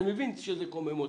אני מבין שזה קומם אתכם,